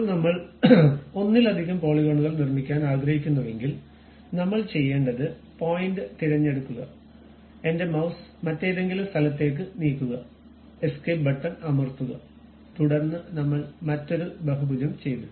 ഇപ്പോൾ നമ്മൾ ഒന്നിലധികം പോളിഗോണുകൾ നിർമ്മിക്കാൻ ആഗ്രഹിക്കുന്നുവെങ്കിൽ നമ്മൾ ചെയ്യേണ്ടത് പോയിന്റ് തിരഞ്ഞെടുക്കുക എന്റെ മൌസ് മറ്റേതെങ്കിലും സ്ഥലത്തേക്ക് നീക്കുക എസ്കേപ്പ് ബട്ടൺ അമർത്തുക തുടർന്ന് നമ്മൾ മറ്റൊരു ബഹുഭുജം ചെയ്തു